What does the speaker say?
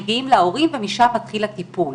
מגיעים להורים ומשם מתחיל הטיפול.